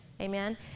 Amen